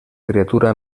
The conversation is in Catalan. criatura